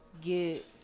get